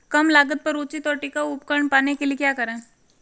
कम लागत पर उचित और टिकाऊ उपकरण पाने के लिए क्या करें?